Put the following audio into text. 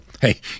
Hey